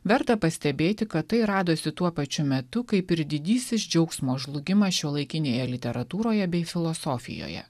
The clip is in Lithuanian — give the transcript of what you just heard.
verta pastebėti kad tai radosi tuo pačiu metu kaip ir didysis džiaugsmo žlugimas šiuolaikinėje literatūroje bei filosofijoje